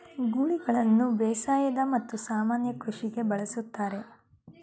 ಗೂಳಿಗಳನ್ನು ಬೇಸಾಯದ ಮತ್ತು ಸಾಮಾನ್ಯ ಕೃಷಿಗೆ ಬಳಸ್ತರೆ